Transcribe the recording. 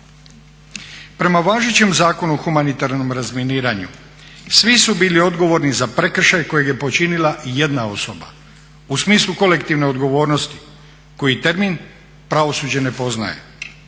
Prema važećem Zakonu o humanitarnom razminiranju svi su bili odgovorni za prekršaj kojeg je počinila jedna osoba u smislu kolektivne odgovornosti koji termin pravosuđe ne poznaje.